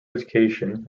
education